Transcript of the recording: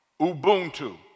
Ubuntu